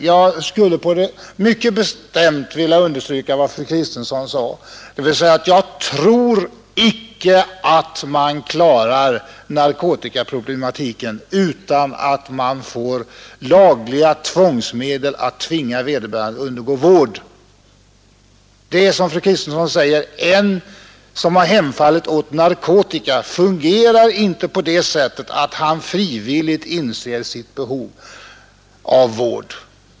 Jag skulle helt vilja instämma i fru Kristenssons yttrande att man icke klarar narkotikaproblematiken utan att man får lagliga tvångsmedel att tvinga vederbörande att undergå vård. Det är som fru Kristensson säger att en person som hemfallit åt narkotika icke fungerar på det sättet att han inser sitt behov av vård.